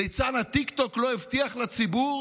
ליצן הטיקטוק לא הבטיח לציבור